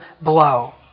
blow